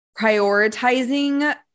prioritizing